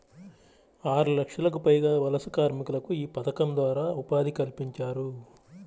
ఆరులక్షలకు పైగా వలస కార్మికులకు యీ పథకం ద్వారా ఉపాధి కల్పించారు